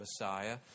Messiah